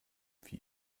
wie